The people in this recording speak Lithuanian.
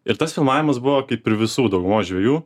ir tas filmavimas buvo kaip ir visų daugumos žvejų